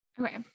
Okay